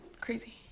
crazy